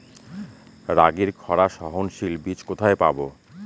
রাগির খরা সহনশীল বীজ কোথায় পাবো?